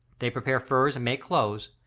they prepare furs and make clothes,